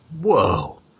Whoa